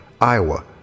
Iowa